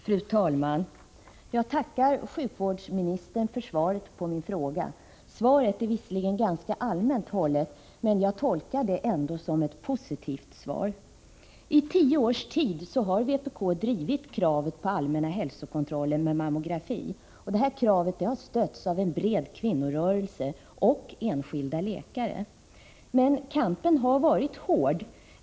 Fru talman! Jag tackar sjukvårdsministern för svaret på min fråga. Svaret är visserligen ganska allmänt hållet, men jag tolkar det ändå som positivt. I tio års tid har vpk drivit kravet på allmänna hälsokontroller med mammografi, och detta krav har stötts av en bred kvinnorörelse och enskilda läkare. Men kampen har varit hård.